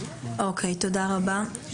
תודה רבה.